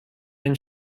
and